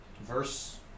verse